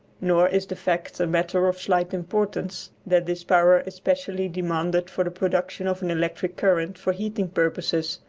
nor is the fact a matter of slight importance that this power is specially demanded for the production of an electric current for heating purposes,